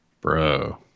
bro